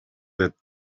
that